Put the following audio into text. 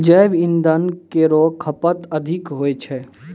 जैव इंधन केरो खपत अधिक होय छै